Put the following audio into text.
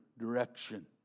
direction